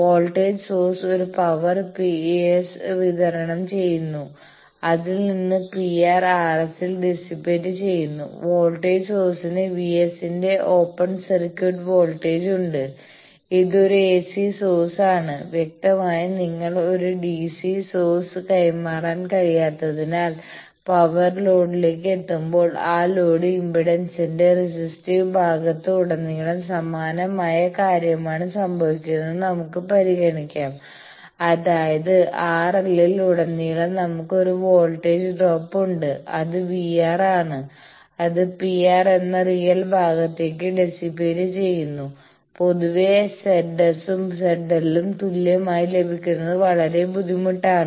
voltage source ഒരു power PS വിതരണം ചെയ്യുന്നു അതിൽ നിന്ന് പിആർ RS ൽ ഡിസിപേറ്റ് ചെയ്യുന്നു വോൾട്ടേജ് സോഴ്സിന് VS ന്റെ ഓപ്പൺ സർക്യൂട്ട് വോൾട്ടേജ് ഉണ്ട് ഇത് ഒരു എസി സോഴ്സ് ആണ് വ്യക്തമായും നിങ്ങൾക്ക് ഒരു ഡിസി സോഴ്സ് കൈമാറാൻ കഴിയാത്തതിനാൽ പവർ ലോഡിലേക്ക് എത്തുമ്പോൾ ആ ലോഡ് ഇംപെഡൻസിന്റെ റെസിസ്റ്റീവ് ഭാഗത്ത് ഉടനീളം സമാനമായ കാര്യമാണ് സംഭവിക്കുന്നതെന്ന് നമുക്ക് പരിഗണിക്കാം അതായത് RL ൽ ഉടനീളം നമുക്ക് ഒരു വോൾട്ടേജ് ഡ്രോപ്പ് ഉണ്ട് അത് VR ആണ് അത് PR എന്ന റിയൽ ഭാഗത്തേക്ക് ഡിസിപേറ്റ് ചെയ്യുന്നു പൊതുവെ ZS ഉം ZL ഉം തുല്യമായി ലഭിക്കുന്നത് വളരെ ബുദ്ധിമുട്ടാണ്